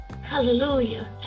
Hallelujah